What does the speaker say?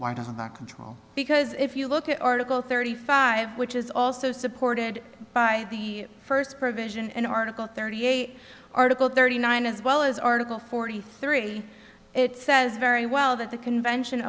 the contrary because if you look at article thirty five which is also supported by the first provision in article thirty eight article thirty nine as well as article forty three it says very well that the convention